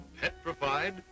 petrified